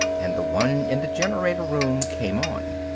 and the one in the generator room came on.